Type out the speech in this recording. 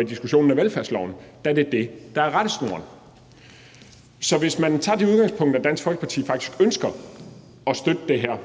i diskussionen af velfærdsloven er det det, der er rettesnoren. Så hvis man tager det udgangspunkt, at Dansk Folkeparti faktisk ønsker at støtte det her,